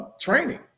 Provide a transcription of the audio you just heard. training